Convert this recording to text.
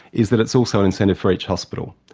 is that it's also an incentive for each hospital.